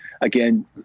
again